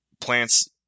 plants